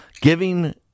giving